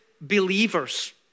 believers